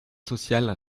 sociale